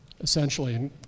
essentially